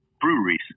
breweries